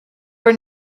were